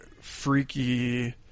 freaky